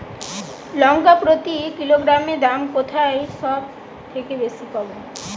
লঙ্কা প্রতি কিলোগ্রামে দাম কোথায় সব থেকে বেশি পাব?